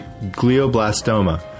glioblastoma